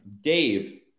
dave